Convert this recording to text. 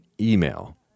email